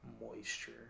Moisture